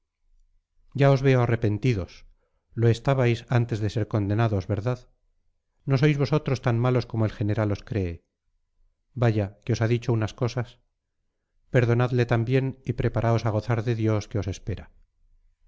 veo arrepentidos lo estabais antes de ser condenados verdad no sois vosotros tan malos como el general os cree vaya que os ha dicho unas cosas perdonadle también y preparaos a gozar de dios que os espera